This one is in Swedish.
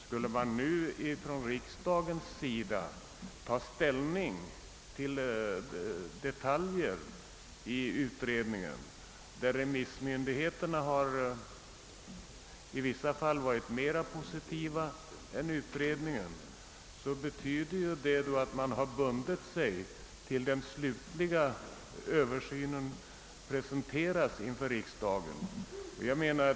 Skulle riksdagen nu ta ställning till sådana detaljer i utredningen, där remissmyndigheterna i vissa fall har varit mera positiva än utredningen, betyder det att man binder sig innan den slutliga översynen presenteras för riksdagen.